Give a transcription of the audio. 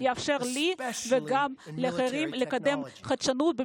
הוא יאפשר לנו להפיק תועלת מהחדשנות של שני הצדדים,